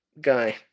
...guy